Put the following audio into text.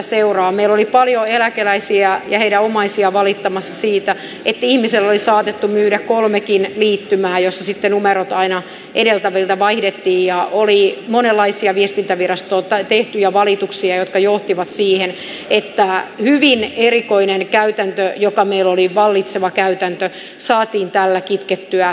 meillä oli paljon eläkeläisiä ja heidän omaisiaan valittamassa siitä että ihmiselle oli saatettu myydä kolmekin liittymää jolloin sitten numerot aina edeltävistä vaihdettiin ja oli monenlaisia viestintävirastoon tehtyjä valituksia jotka johtivat siihen että hyvin erikoinen käytäntö joka meillä oli vallitseva käytäntö saatiin kitkettyä tällä väliaikaisratkaisulla pois